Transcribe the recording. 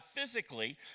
physically